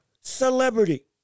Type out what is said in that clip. celebrity